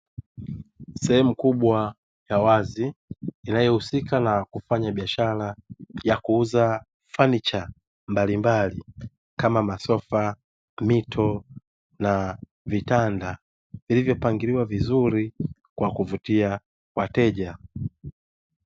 Sehemu kubwa ya wazi inayohusika na kufanya biashara ya kuuza fanicha mbalimbali kama masofa, miito na vitanda vilivyo pangiliwa vizuri kwa kuvutia wateja.